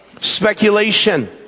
Speculation